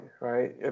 right